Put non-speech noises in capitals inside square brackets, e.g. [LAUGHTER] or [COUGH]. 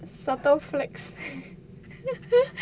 subtle flex [LAUGHS] subtle flex